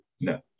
no